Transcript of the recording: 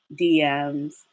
DMs